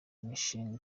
mishanga